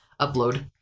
upload